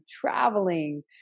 traveling